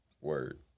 Word